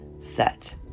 set